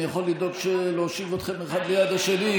אני יכול לדאוג להושיב אתכם אחד ליד השני,